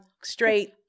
straight